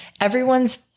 everyone's